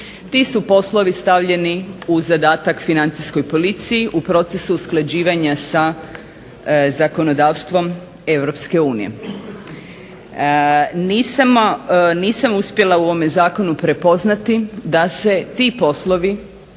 Ti su poslovi stavljeni u zadatak Financijskoj policiji u procesu usklađivanja sa zakonodavstvom Europske unije. Nisam uspjela u ovome zakonu prepoznati da se ti poslovi